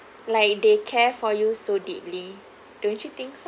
like they care for you so deeply don't you think so